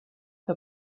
que